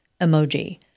emoji